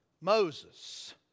Moses